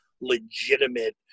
legitimate